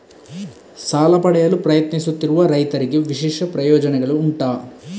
ಸಾಲ ಪಡೆಯಲು ಪ್ರಯತ್ನಿಸುತ್ತಿರುವ ರೈತರಿಗೆ ವಿಶೇಷ ಪ್ರಯೋಜನೆಗಳು ಉಂಟಾ?